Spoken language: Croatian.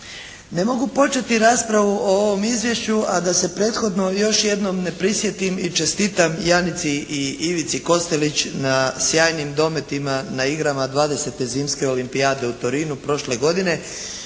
Ne mogu početi raspravu o ovom izvješću, a da se prethodno još jednom ne prisjetim i čestitam Janici i Ivici Kostelić na sjajnim dometima na igrama dvadesete Zimske olimpijade u Torinu prošle godine